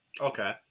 okay